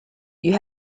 you